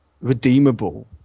redeemable